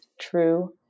true